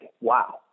Wow